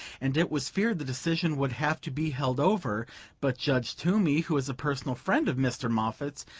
and it was feared the decision would have to be held over but judge toomey, who is a personal friend of mr. moffatt's,